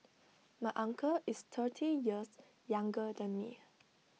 my uncle is thirty years younger than me